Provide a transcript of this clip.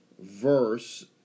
verse